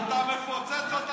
אתה מפוצץ אותנו,